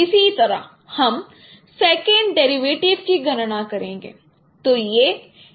इसी तरह हम सेकंड डेरिवेटिव की गणना करेंगे